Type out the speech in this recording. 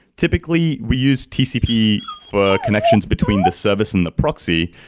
typically, we use tcp for connections between the service and the proxy.